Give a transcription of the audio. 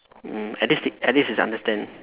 mm at least they at least it's understand